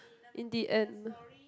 in the end